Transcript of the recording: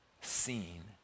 seen